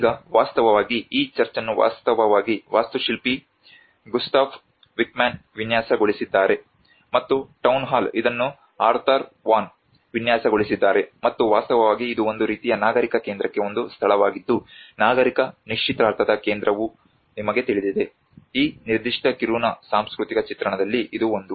ಈಗ ವಾಸ್ತವವಾಗಿ ಈ ಚರ್ಚ್ ಅನ್ನು ವಾಸ್ತವವಾಗಿ ವಾಸ್ತುಶಿಲ್ಪಿ ಗುಸ್ತಾಫ್ ವಿಕ್ಮನ್ ವಿನ್ಯಾಸಗೊಳಿಸಿದ್ದಾರೆ ಮತ್ತು ಟೌನ್ ಹಾಲ್ ಇದನ್ನು ಆರ್ಥರ್ ವಾನ್ ವಿನ್ಯಾಸಗೊಳಿಸಿದ್ದಾರೆ ಮತ್ತು ವಾಸ್ತವವಾಗಿ ಇದು ಒಂದು ರೀತಿಯ ನಾಗರಿಕ ಕೇಂದ್ರಕ್ಕೆ ಒಂದು ಸ್ಥಳವಾಗಿದ್ದು ನಾಗರಿಕ ನಿಶ್ಚಿತಾರ್ಥದ ಕೇಂದ್ರವು ನಿಮಗೆ ತಿಳಿದಿದೆ ಈ ನಿರ್ದಿಷ್ಟ ಕಿರುನ ಸಾಂಸ್ಕೃತಿಕ ಚಿತ್ರಣದಲ್ಲಿ ಇದು ಒಂದು